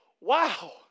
wow